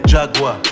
Jaguar